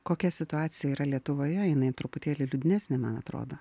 kokia situacija yra lietuvoje jinai truputėlį liūdnesnė man atrodo